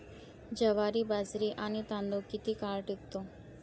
ज्वारी, बाजरी आणि तांदूळ किती काळ टिकतो?